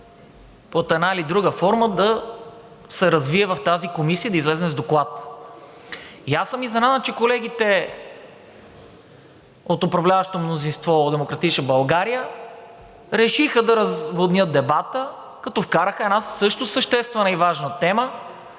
под една или друга форма, да се развие в тази комисия и да излезе с доклад. Аз съм изненадан, че колегите от управляващото мнозинство – от „Демократична България“, решиха да разводнят дебата, като вкараха една също съществена и важна тема